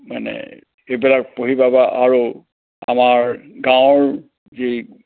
মানে সেইবিলাক পঢ়ি পাবা আৰু আমাৰ গাঁৱৰ যি